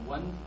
one